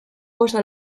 oso